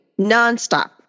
nonstop